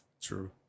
True